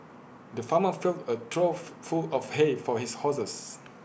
the farmer filled A trough full of hay for his horses